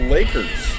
Lakers